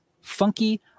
funky